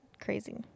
Crazy